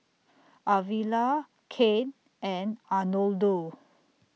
Arvilla Cain and Arnoldo